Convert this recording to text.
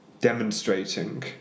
demonstrating